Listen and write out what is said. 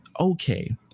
okay